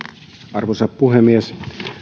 arvoisa puhemies